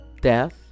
death